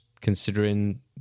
considering